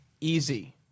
Easy